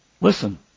Listen